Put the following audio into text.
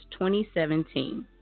2017